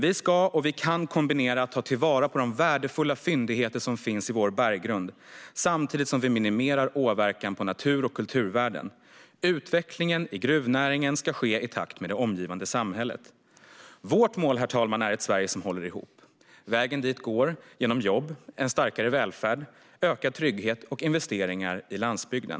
Vi ska och kan kombinera att ta till vara på de värdefulla fyndigheter som finns i vår berggrund samtidigt som vi minimerar åverkan på natur och kulturvärden. Utvecklingen i gruvnäringen ska ske i takt med det omgivande samhället. Vårt mål, herr talman, är ett Sverige som håller ihop. Vägen dit går genom jobb, en starkare välfärd, ökad trygghet och investeringar i landsbygden.